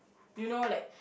you know like